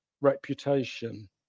reputation